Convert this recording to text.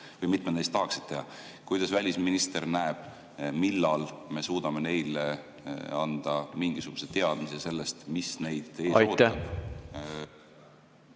Paljud neist tahaksid seda teha. Kuidas välisminister näeb, millal me suudame neile anda mingisuguseid teadmisi sellest, mis neid ees ootab?